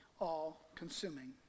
all-consuming